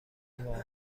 واقعا